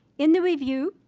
in the review,